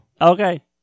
Okay